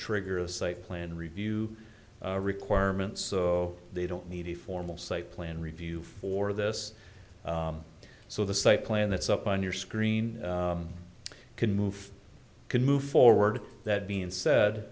trigger a site plan review requirements so they don't need a formal site plan review for this so the site plan that's up on your screen can move can move forward that being said